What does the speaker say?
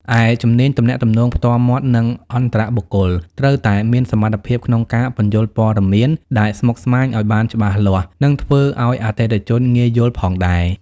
ឯ ជំនាញទំនាក់ទំនងផ្ទាល់មាត់ និងអន្តរបុគ្គល ត្រូវតែមានសមត្ថភាពក្នុងការពន្យល់ព័ត៌មានដែលស្មុគស្មាញឱ្យបានច្បាស់លាស់ និងធ្វើអោយអតិថិជនងាយយល់ផងដែរ។